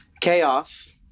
chaos